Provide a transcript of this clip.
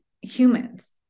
humans